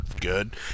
good